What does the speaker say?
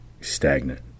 Stagnant